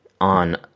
on